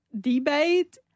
debate